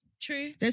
True